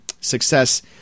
success